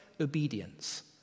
obedience